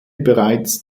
bereits